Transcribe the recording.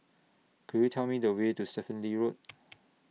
Could YOU Tell Me The Way to Stephen Lee Road